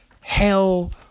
hell